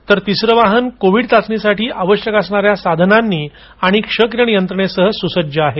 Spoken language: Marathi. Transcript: तर तिसरं वाहन कोविड चाचणीसाठी आवश्यक असणा या साधनांनी आणि क्ष किरण यंत्रासह सुसज्ज आहे